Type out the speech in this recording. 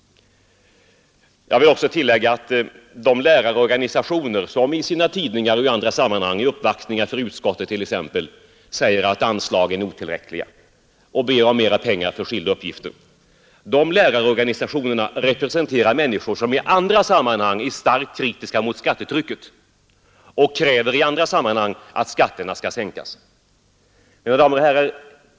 Jag vill tillägga att de lärarorganisationer som i sina tidningar och i andra sammanhang — vid uppvaktningar inför utskottet t.ex. — säger att anslagen är otillräckliga och ber om mera pengar för skilda uppgifter representerar människor som i andra sammanhang är starkt kritiska mot skattetrycket och kräver att skatterna skall sänkas. Mina damer och herrar!